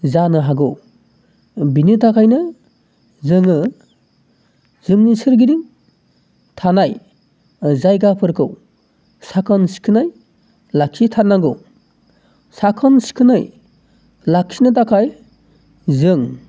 जानो हागौ बेनि थाखायनो जोङो जोंनि सारिगिदिं थानाय जायगाफोरखौ साखोन सिखोनै लाखिथारनांगौ साखोन सिखोनै लाखिनो थाखाय जों